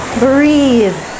breathe